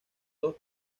dos